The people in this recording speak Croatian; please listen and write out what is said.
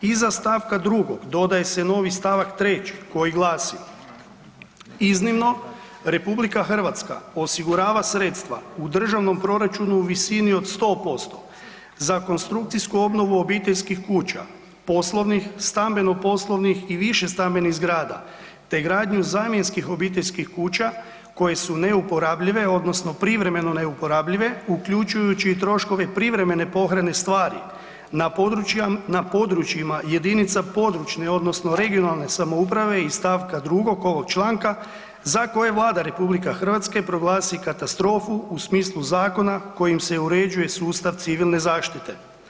Iza st. 2. dodaje se novi stavak 3. koji glasi, iznimno, RH osigurava sredstva u državnom proračunu u visini od 100%, za konstrukcijsku obnovu obiteljskih kuća, poslovnih, stambeno-poslovnih i višestambenih zgrada te gradnju zamjenskih obiteljskih kuća koje su neuporabljive odnosno privremeno neuporabljive uključujući i troškove privremene pohrane stvari, na područjima jedinicama područne (regionalne) samouprave iz st. 2 ovog čl. za koje Vlada RH proglasi katastrofu u smislu zakona kojim se uređuje sustav civilne zaštite.